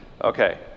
Okay